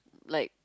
like